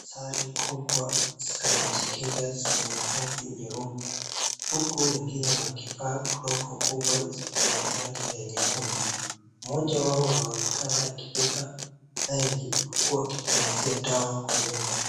sare kubwa za kujikinga zenye rangi nyeupe, huku wengine wakivaa glovu kubwa za rangi ya nyekundu. Mmoja wao anaonekana akibeba tanki huku akipulizia dawa kwa nyumba.